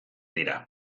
dira